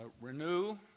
renew